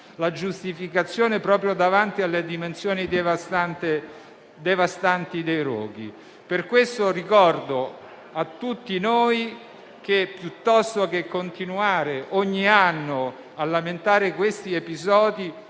la giustificazione proprio davanti alle dimensioni devastanti dei roghi. Per questo ricordo a tutti noi che, piuttosto che continuare ogni anno a lamentare questi episodi,